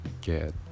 get